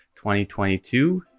2022